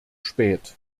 spät